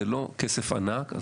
לא מדובר בכסף ענק,